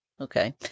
Okay